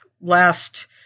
last